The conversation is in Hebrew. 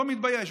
לא מתבייש.